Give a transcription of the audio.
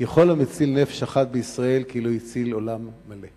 כי כל המציל נפש אחת בישראל, כאילו הציל עולם מלא.